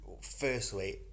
firstly